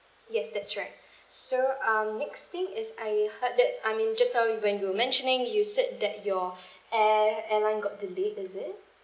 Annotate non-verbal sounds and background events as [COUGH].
yes that's right so um next thing is I heard that I mean just now when you were mentioning you said that your [BREATH] air airline got delayed is it